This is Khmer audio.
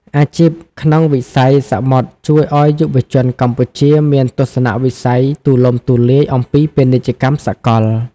អាជីពក្នុងវិស័យសមុទ្រជួយឱ្យយុវជនកម្ពុជាមានទស្សនវិស័យទូលំទូលាយអំពីពាណិជ្ជកម្មសកល។